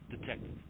detective